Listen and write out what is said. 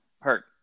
hurt